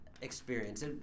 experience